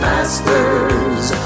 Masters